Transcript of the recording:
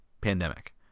pandemic